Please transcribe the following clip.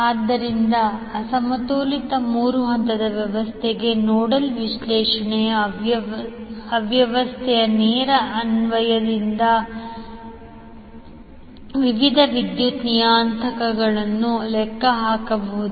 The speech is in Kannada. ಆದ್ದರಿಂದ ಅಸಮತೋಲಿತ ಮೂರು ಹಂತದ ವ್ಯವಸ್ಥೆಗೆ ನೋಡಲ್ ವಿಶ್ಲೇಷಣೆಯ ಅವ್ಯವಸ್ಥೆಯ ನೇರ ಅನ್ವಯದಿಂದ ವಿವಿಧ ವಿದ್ಯುತ್ ನಿಯತಾಂಕಗಳನ್ನು ಲೆಕ್ಕಹಾಕಬಹುದು